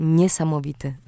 niesamowity